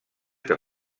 que